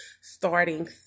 starting